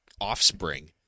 offspring